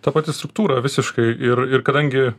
ta pati struktūra visiškai ir ir kadangi